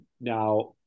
now